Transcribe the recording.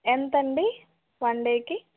ఎంతండి వన్ డేకి